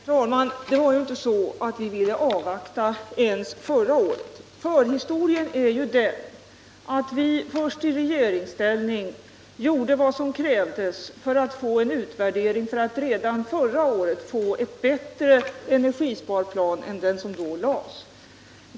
Herr talman! Det var ju inte så att vi ville avvakta ens förra året. Förhistorien är ju den att vi i regeringsställning först gjorde vad som krävdes för att få en utvärdering så att vi redan förra året skulle få en bättre energisparplan än den som då lades fram.